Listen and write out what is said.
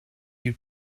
you